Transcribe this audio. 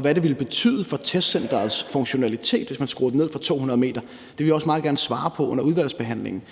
Hvad det vil betyde for testcenterets funktionalitet, hvis man skruer højden ned til 200 m, vil jeg også meget gerne svare på under udvalgsbehandlingen.